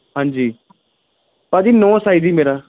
ਹਾਂਜੀ ਭਾਅ ਜੀ ਨੌ ਸਾਈਜ਼ ਜੀ ਮੇਰਾ